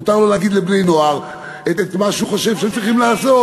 מותר לו להגיד לבני-נוער את מה שהוא חושב שהם צריכים לעשות.